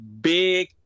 Big